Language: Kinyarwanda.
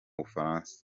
bufaransa